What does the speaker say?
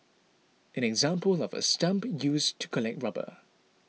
an example of a stump used to collect rubber